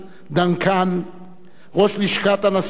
ראש לשכת הנשיא מרסל אמון-תנוך,